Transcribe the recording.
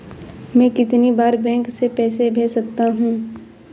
मैं कितनी बार बैंक से पैसे भेज सकता हूँ?